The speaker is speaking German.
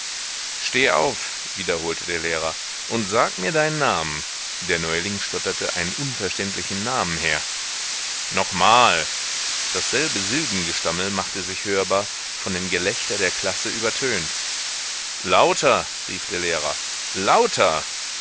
steh auf wiederholte der lehrer und sag mir deinen namen der neuling stotterte einen unverständlichen namen her noch mal dasselbe silbengestammel machte sich hörbar von dem gelächter der klasse übertönt lauter rief der lehrer lauter